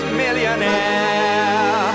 millionaire